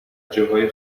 جاهای